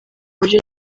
buryo